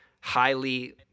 highly